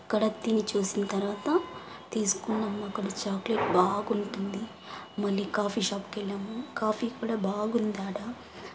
అక్కడ తిని చూసిన తర్వాత తీసుకున్నాం అక్కడ చాక్లెట్ బాగుంటుంది మళ్ళీ కాఫీ షాప్కెళ్ళాము కాఫీ కూడా బాగుందాడ